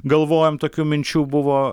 galvojom tokių minčių buvo